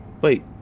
Wait